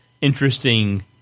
interesting